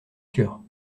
sûr